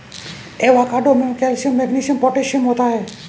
avocado में calcium magnesium potassium होता है